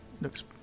Looks